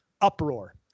uproar